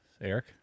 Eric